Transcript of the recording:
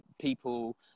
people